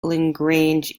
lagrange